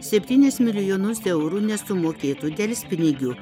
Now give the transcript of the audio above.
septynis milijonus eurų nesumokėtų delspinigių